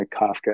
Kafka